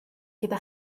gyda